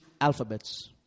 alphabets